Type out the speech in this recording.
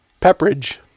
Pepperidge